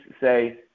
say